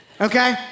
okay